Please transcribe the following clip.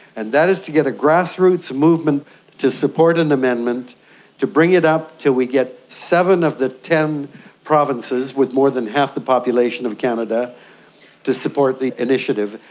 and that is to get a grassroots movement to support an amendment to bring it up until we get seven of the ten provinces with more than half the population of canada to support the initiative,